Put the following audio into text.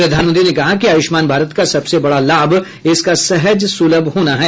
प्रधानमंत्री ने कहा कि आयुष्मान भारत का सबसे बड़ा लाभ इसका सहज सुलभ होना है